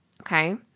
Okay